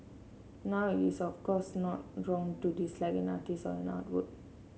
now it is of course not wrong to dislike an artist or an artwork